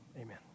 Amen